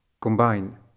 combine